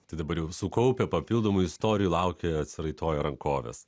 tai dabar jau sukaupę papildomų istorijų laukia atsiraitoję rankoves